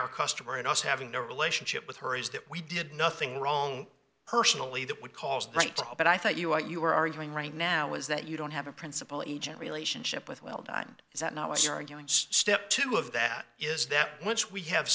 our customer and us having a relationship with her is that we did nothing wrong personally that would cause right to her but i thought you out you were arguing right now is that you don't have a principle agent relationship with well done is that not what you're doing step two of that is that once we have